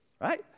Right